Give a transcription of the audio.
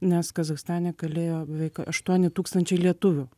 nes kazachstane kalėjo beveik aštuoni tūkstančiai lietuvių